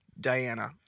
Diana